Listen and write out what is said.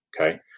Okay